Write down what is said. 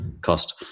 cost